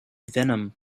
venom